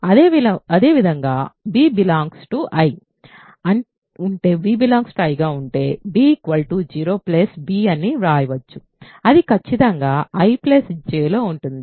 అదేవిధంగా bI ఉంటే b 0b అని వ్రాయవచ్చు అది ఖచ్చితంగా I Jలో ఉంటుంది